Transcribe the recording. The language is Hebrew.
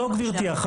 לא גברתי.